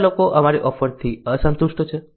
કેટલા લોકો અમારી ઓફરથી અસંતુષ્ટ છે